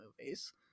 movies